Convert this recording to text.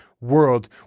world